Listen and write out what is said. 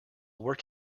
work